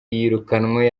yirukanwe